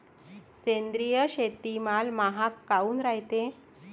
सेंद्रिय शेतीमाल महाग काऊन रायते?